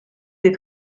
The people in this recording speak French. des